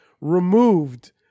removed